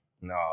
no